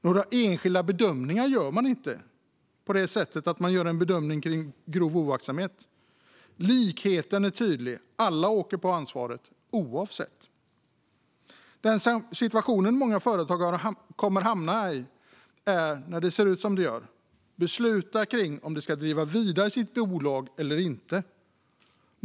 Några enskilda bedömningar gör man inte på det sättet att man gör en bedömning av grov oaktsamhet. Likheten är tydlig, alla åker på ansvaret oavsett. Den situation som många företagare kommer att hamna i är, när det ser ut som det gör, att besluta om de ska driva vidare sitt bolag eller inte.